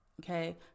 okay